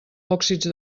òxids